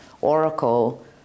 Oracle